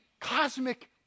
cosmic